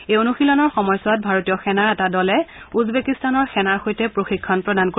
এই অনুশীলনৰ সময়ছোৱাত ভাৰতীয় সেনাৰ এটা দলে উজবেকিস্তানৰ সেনাৰ সৈতে প্ৰশিক্ষণ প্ৰদান কৰিব